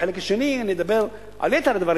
בחלק השני אני אדבר על יתר הדברים,